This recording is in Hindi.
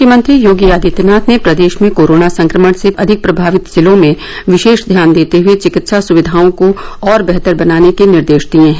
मुख्यमंत्री योगी आदित्यनाथ ने प्रदेश में कोरोना संक्रमण से अधिक प्रभावित जिलों में विशेष ध्यान देते हए चिकित्सा सुविधाओं को और बेहतर बनाने के निर्देश दिए हैं